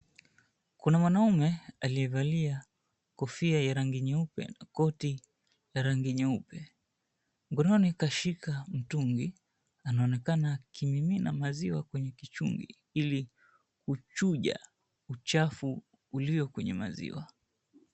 Kuna mwanaume aliyevalia kofia ya rangi nyeupe na koti la rangi nyeupe. Mkononi kashika mtungi, anaonekana kumimina maziwa kwenye kichungi ili kuchuja uchafu ulio kwenye maziwa.